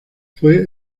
fue